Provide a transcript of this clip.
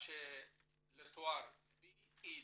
לתואר B.ed,